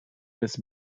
des